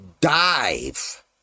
dive